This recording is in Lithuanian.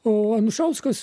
o anušauskas